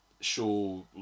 show